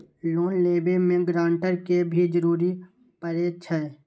Loan लेबे में guarantor के भी जरूरी परे छै?